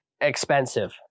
expensive